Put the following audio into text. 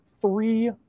three